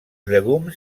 llegums